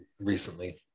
recently